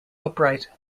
upright